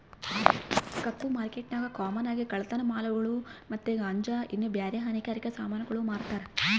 ಕಪ್ಪು ಮಾರ್ಕೆಟ್ನಾಗ ಕಾಮನ್ ಆಗಿ ಕಳ್ಳತನ ಮಾಲುಗುಳು ಮತ್ತೆ ಗಾಂಜಾ ಇನ್ನ ಬ್ಯಾರೆ ಹಾನಿಕಾರಕ ಸಾಮಾನುಗುಳ್ನ ಮಾರ್ತಾರ